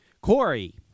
Corey